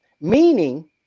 meaning